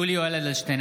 (קורא בשמות חברי הכנסת) יולי יואל אדלשטיין,